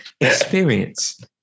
experience